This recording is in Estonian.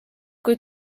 kui